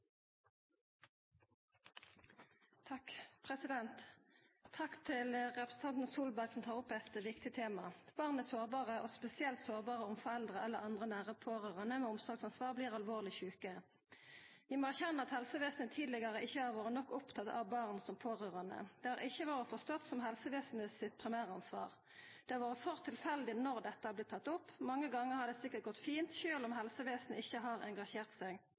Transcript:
Takk til representanten Solberg som tar opp eit viktig tema. Barn er sårbare, og spesielt sårbare om foreldre eller andre nære pårørande med omsorgsansvar blir alvorleg sjuke. Vi må erkjenna at helsevesenet tidlegare ikkje har vore nok opptatt av barn som pårørande. Det har ikkje vore forstått som helsevesenet sitt primæransvar. Det har vore for tilfeldig når dette har blitt tatt opp, mange gonger har det sikkert gått fint sjølv om helsevesenet ikkje har engasjert seg.